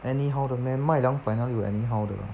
anyhow 的 meh 卖两百哪里有 anyhow 的